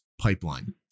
pipeline